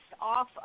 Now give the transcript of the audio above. off